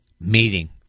meeting